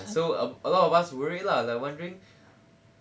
ya so a lot of us worried lah like wondering